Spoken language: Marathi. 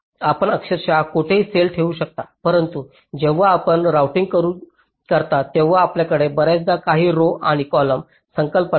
आपण अक्षरशः कोठेही सेल ठेवू शकता परंतु जेव्हा आपण राउटिंग करता तेव्हा आपल्याकडे बर्याचदा काही रोव आणि कॉलम संकल्पना ट्रॅक आणि काही कॉलम असतात